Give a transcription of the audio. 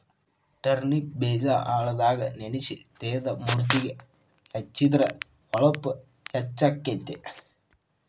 turnip ಬೇಜಾ ಹಾಲದಾಗ ನೆನಸಿ ತೇದ ಮೂತಿಗೆ ಹೆಚ್ಚಿದ್ರ ಹೊಳಪು ಹೆಚ್ಚಕೈತಿ